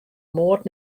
moard